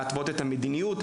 להתוות את המדיניות,